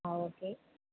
ஆ okay